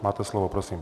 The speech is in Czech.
Máte slovo, prosím.